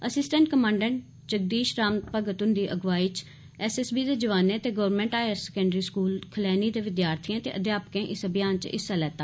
assistant commandant Jagdish Ram Bhagat हुंदी अगुवाई च एसएसबी दे जवानें ते government higher secondary school Khalaini दे विद्यार्थिएं ते अध्यापकें इस अभियान च हिस्सा लैता